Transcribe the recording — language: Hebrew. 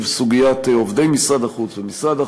סוגיית עובדי משרד החוץ ומשרד החוץ,